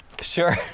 Sure